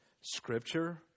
Scripture